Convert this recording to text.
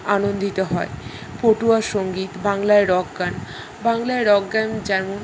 আনন্দিত হয় পটুয়া সঙ্গীত বাংলায় রক গান বাংলার রক গান যেমন